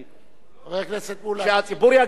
כשהציבור יגיע בסופו של דבר לקלפי,